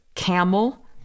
Camel